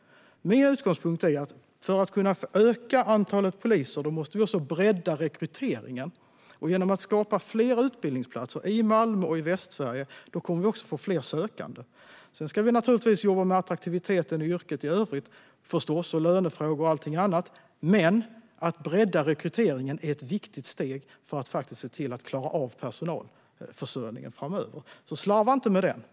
Min utgångspunkt är att vi för att kunna öka antalet poliser också måste bredda rekryteringen. Genom att skapa fler utbildningsplatser, i Malmö och i Västsverige, kommer vi också att få fler sökande. Sedan ska vi naturligtvis jobba med attraktiviteten i yrket i övrigt, liksom med lönefrågor och allt annat, men att bredda rekryteringen är ett viktigt steg för att vi faktiskt ska klara av personalförsörjningen framöver. Slarva inte med detta!